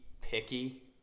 picky